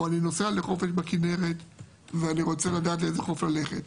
או אני נוסע לחפש בכינרת ואני רוצה לדעת לאיזה חוף ללכת,